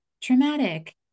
traumatic